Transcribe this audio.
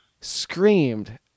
screamed